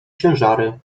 ciężary